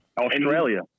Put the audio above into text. Australia